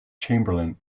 chamberlain